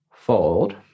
Fold